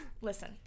listen